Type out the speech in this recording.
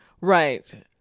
right